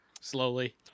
Slowly